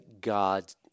God